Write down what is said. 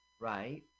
Right